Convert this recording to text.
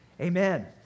Amen